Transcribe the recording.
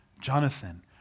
Jonathan